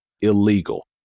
illegal